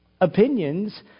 opinions